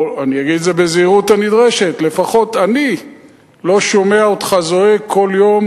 או אני אגיד את זה בזהירות הנדרשת: לפחות אני לא שומע אותך זועק כל יום